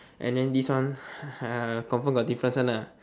and then this one confirm got difference one lah